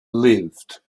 lived